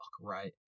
Right